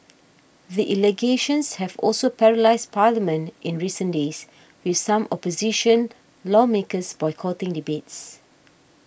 the allegations have also paralysed parliament in recent days with some opposition lawmakers boycotting debates